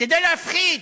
כדי להפחיד.